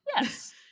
Yes